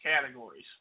categories